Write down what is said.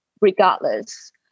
regardless